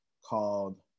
called